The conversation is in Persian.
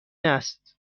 است